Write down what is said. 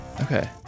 Okay